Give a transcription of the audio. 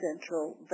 Central